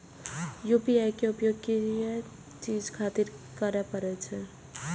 UPI के उपयोग किया चीज खातिर करें परे छे?